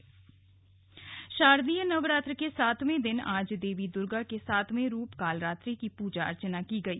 नवरात्र शारदीय नवरात्र के सातवे दिन आज देवी दुर्गा के सातवे रूप कालरात्रि की पूजा अर्चना की गई